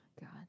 god